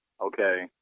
okay